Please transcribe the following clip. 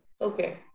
Okay